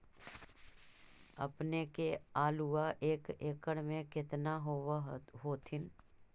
अपने के आलुआ एक एकड़ मे कितना होब होत्थिन?